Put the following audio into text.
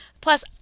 Plus